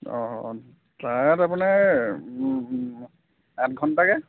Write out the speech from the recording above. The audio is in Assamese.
অঁ অঁ তাত আপুনি আঠঘণ্টাকৈ